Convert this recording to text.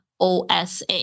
OSA